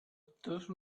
those